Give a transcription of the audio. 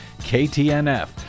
KTNF